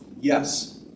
yes